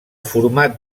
format